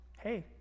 hey